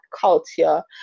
culture